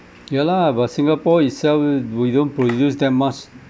ya lah but singapore itself we don't produce that much